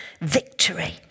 victory